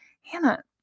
Hannah